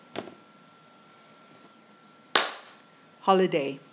holiday